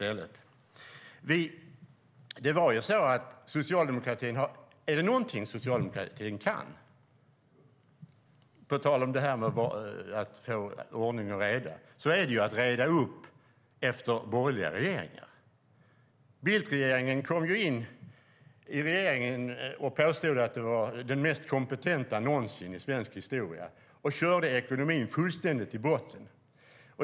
Är det någonting socialdemokratin kan - på tal om att få ordning och reda - är det att reda upp efter borgerliga regeringar. Bildtregeringen kom till makten och påstod att de var den mest kompetenta någonsin i svensk historia och körde sedan ekonomin fullständigt i botten.